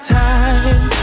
time